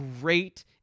great